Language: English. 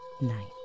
night